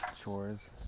chores